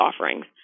offerings